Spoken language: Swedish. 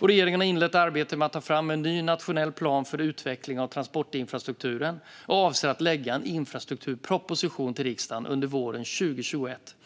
Regeringen har inlett arbetet med att ta fram en ny nationell plan för utveckling av transportinfrastrukturen och avser att lägga fram en infrastrukturproposition till riksdagen under våren 2021.